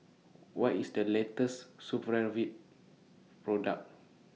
What IS The latest Supravit Product